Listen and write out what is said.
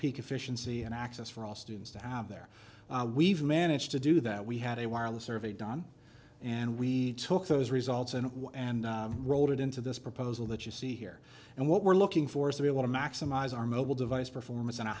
peak efficiency and access for all students to have their we've managed to do that we had a wireless survey done and we took those results and and rolled it into this proposal that you see here and what we're looking for is to be able to maximize our mobile device performance in a